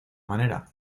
manera